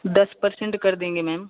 दस परसेंट कर देंगे मैम